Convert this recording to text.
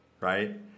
Right